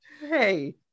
Hey